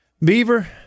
Beaver